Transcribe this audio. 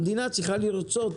המדינה צריכה לרצות